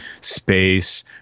space